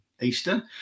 Eastern